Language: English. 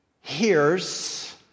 hears